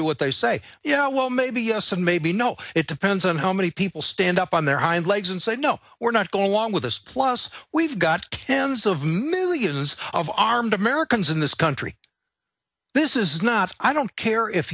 do what they say yeah well maybe yes and maybe no it depends on how many people stand up on their hind legs and say no or not go along with us plus we've got tens of millions of armed americans in this country this is not i don't care if